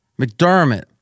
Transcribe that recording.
McDermott